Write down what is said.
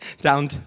Down